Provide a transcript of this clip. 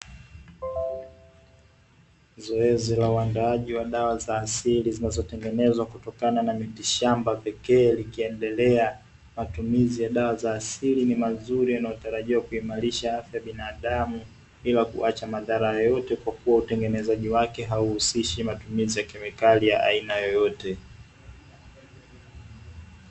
Zoezi na uandaji wa dawa za asili zinazotengenezwa kutokana na mitishama pekee likiendelea, matumizi ya dawa za asili ni mazuri inayotarajia kuimarisha afya ya binadamu bila kuacha madhara yoyote kwa kuwa utengenezaji wake hauhusishi matumizi wa kimikali wa aina yoyote.